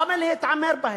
למה להתעמר בהם?